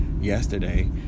yesterday